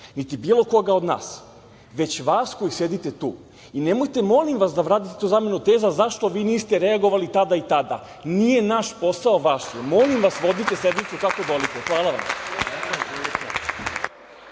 niti bilo koga od nas, već vas koji sedite tu. Nemojte molim vas da radite tu zamenu teza - zašto vi niste reagovali tada i tada. Nije naš posao, vaš je. Molim vas, vodite sednicu kako dolikuje. Hvala vam.